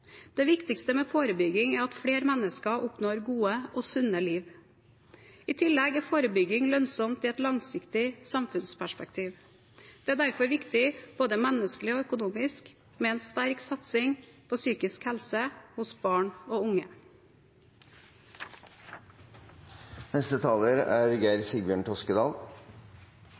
Det viktigste med forebygging er at flere mennesker oppnår gode og sunne liv. I tillegg er forebygging lønnsomt i et langsiktig samfunnsperspektiv. Det er derfor viktig, både menneskelig og økonomisk, med en sterk satsing på psykisk helse hos barn og unge. God psykisk helse er